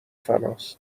فناس